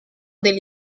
del